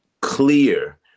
clear